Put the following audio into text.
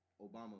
Obama